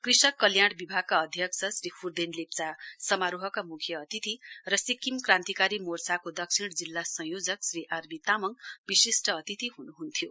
कृषक कल्याण विभागका अध्यक्ष श्री फुर्देन लेप्चा समारोहका मुख्य अतिथि र सिक्किम क्रान्तिकारी मोर्चाको दक्षिण जिल्लाका संयोजक श्री आरबी तामाङ विशिष्ठ अतिथि हुनुहुन्थ्यो